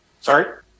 Sorry